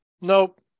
Nope